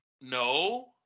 No